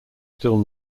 still